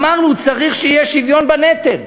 אמרנו: צריך שיהיה שוויון בנטל.